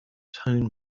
tone